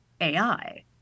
AI